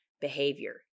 behavior